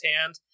hand